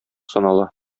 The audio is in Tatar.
санала